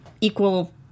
equal